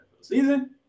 season